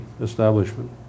establishment